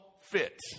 fit